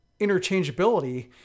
interchangeability